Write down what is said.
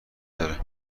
داره